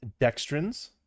Dextrins